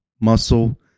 muscle